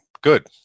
Good